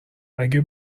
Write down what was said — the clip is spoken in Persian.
اگه